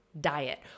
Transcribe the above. diet